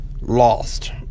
Lost